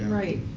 right.